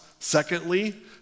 Secondly